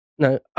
No